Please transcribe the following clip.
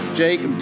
jake